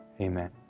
Amen